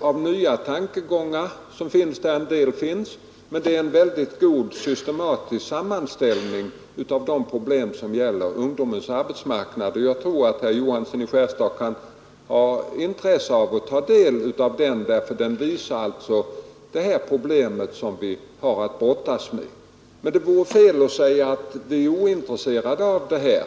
många nya tankegångar i utredningen — en del nya finns där — men det är en god systematisk sammanställning av de problem som gäller ungdomens arbetsmarknad. Jag tror att herr Johansson i Skärstad kan ha anledning att ta del av utredningen, eftersom den visar på en del av de problem som vi har att lösa. Det är fel att säga, att vi inte är intresserade.